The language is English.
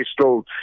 stole